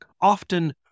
often